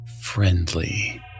Friendly